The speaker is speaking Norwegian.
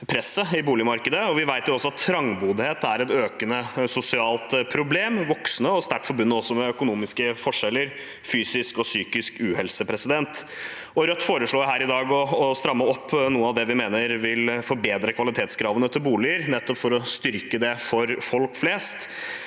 Vi vet også at trangboddhet er et økende sosialt problem. Det er vok sende og sterkt forbundet med økonomiske forskjeller og fysisk og psykisk uhelse. Rødt foreslår her i dag å stramme opp i noe av det vi mener vil forbedre kvalitetskravene til boliger, nettopp for å styrke det for folk flest.